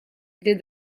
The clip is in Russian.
для